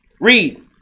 Read